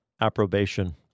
approbation